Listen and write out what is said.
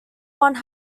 one